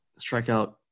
strikeout